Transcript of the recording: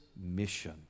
mission